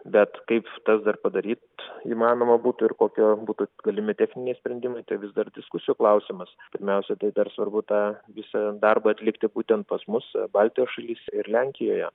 bet kaip tas dar padaryt įmanoma būtų ir kokia būtų galimi techniniai sprendimai vis dar diskusijų klausimas pirmiausia dar svarbu tą visą darbą atlikti būtent pas mus baltijos šalyse ir lenkijoje